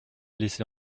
laissée